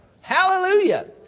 Hallelujah